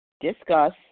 discuss